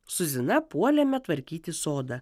su zina puolėme tvarkyti sodą